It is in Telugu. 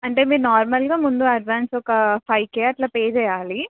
అంటే మీరు నార్మల్గా ముందు అడ్వాన్స్ ఒక ఫైవ్ కే అట్లా పే చేయాలి